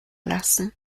lassen